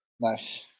Nice